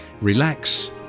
relax